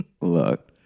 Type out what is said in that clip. Look